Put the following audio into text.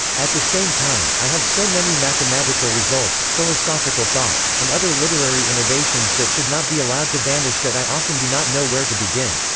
at the same time, i have so many mathematical results, philosophical thoughts, and other literary innovations that should not be allowed to vanish that i often do not know where to begin.